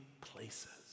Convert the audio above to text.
places